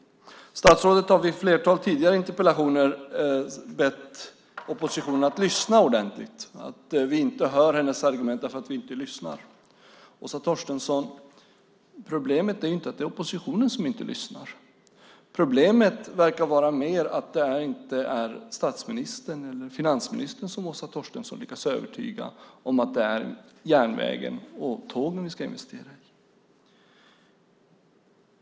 Statsrådet har i ett flertal interpellationsdebatter bett oppositionen att lyssna ordentligt. Hon säger att vi inte hör hennes argument för att vi inte lyssnar. Problemet är inte att oppositionen inte lyssnar, Åsa Torstensson. Problemet verkar mer vara att det är statsministern eller finansministern som Åsa Torstensson inte lyckas övertyga om att det är järnvägen och tågen som vi ska investera i.